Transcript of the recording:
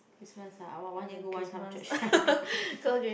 Christmas ah !wah! one year go one time church